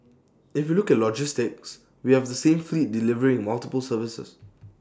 if you look at logistics we have the same fleet delivering multiple services